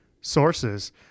sources